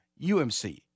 UMC